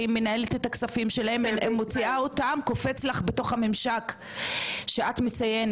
קופץ לך בתוך הממשק שאת מציינת בדיוק מי העובד שנמצא פה ולא נמצא,